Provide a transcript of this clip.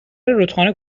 رودخانه